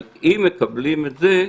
אבל, אם מקבלים את זה,